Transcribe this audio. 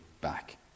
back